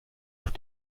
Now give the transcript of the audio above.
auf